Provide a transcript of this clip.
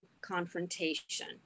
confrontation